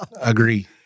Agree